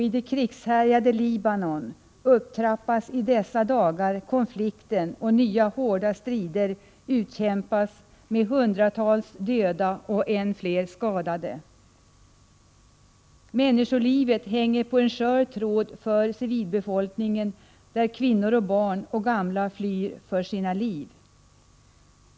I det krigshärjade Libanon trappas i dessa dagar konflikten upp. Nya, hårda strider utkämpas, med hundratals dödade och än fler skadade. Människolivet hänger på en skör tråd för civilbefolkningen. Kvinnor, barn och gamla flyr för sina liv.